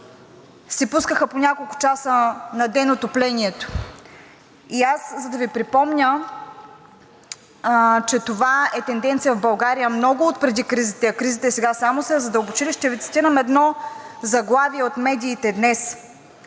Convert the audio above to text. си пускаха по няколко часа на ден отоплението. И аз, за да Ви припомня, че това е тенденция в България много отпреди кризите, а кризите сега само са я задълбочили, ще Ви цитирам едно заглавие от медиите днес: